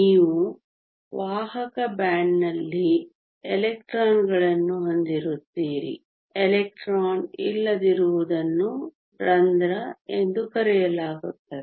ನೀವು ವಾಹಕ ಬ್ಯಾಂಡ್ನಲ್ಲಿ ಎಲೆಕ್ಟ್ರಾನ್ಗಳನ್ನು ಹೊಂದಿರುತ್ತೀರಿ ಎಲೆಕ್ಟ್ರಾನ್ ಇಲ್ಲದಿರುವುದನ್ನು ರಂಧ್ರ ಎಂದು ಕರೆಯಲಾಗುತ್ತದೆ